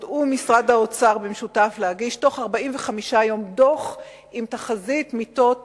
ומשרד האוצר במשותף להגיש בתוך 45 יום דוח של תחזית מיטות